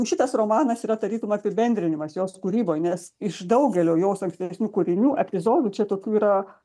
šitas romanas yra tarytum apibendrinimas jos kūryboj nes iš daugelio jos ankstesnių kūrinių epizodų čia tokių yra